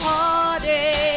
Heartache